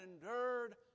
endured